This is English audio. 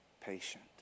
patient